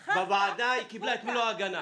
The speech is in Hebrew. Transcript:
בוועדה היא קיבלה את מלוא ההגנה.